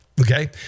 Okay